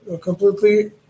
completely